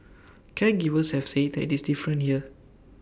caregivers have said that is different here